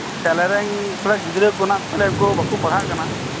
ᱥᱮ ᱟᱞᱮᱨᱮᱱ ᱛᱷᱚᱲᱟ ᱜᱤᱫᱽᱨᱟᱹ ᱠᱚ ᱦᱮᱱᱟᱜ ᱠᱚᱛᱟ ᱞᱮᱭᱟ ᱩᱱᱠᱩ ᱠᱚ ᱵᱟᱠᱩ ᱯᱟᱲᱦᱟᱜ ᱠᱟᱱᱟ